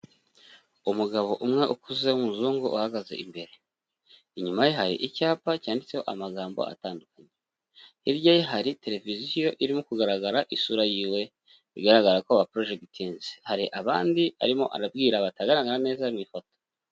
Umugabo umwe ukuze w'umuzungu uhagaze imbere, inyuma ye hari icyapa cyanditseho amagambo atandukanye, hirya ye hari televiziyo irimo kugaragara isura yiwe bigaragara ko baporojegitinze, hari abandi arimo arabwira batagaragara neza mu ifoto.